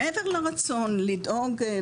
מעבר לרצון לדאוג,